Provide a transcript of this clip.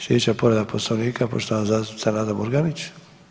Slijedeća povreda Poslovnika poštovana zastupnica Nada Murganić.